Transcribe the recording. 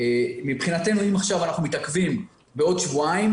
אם אנחנו מתעכבים בעוד שבועיים,